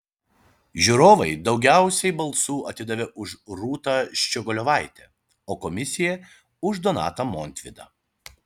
žiūrovai daugiausiai balsų atidavė už rūtą ščiogolevaitę o komisija už donatą montvydą